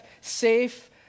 safe